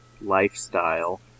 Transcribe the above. lifestyle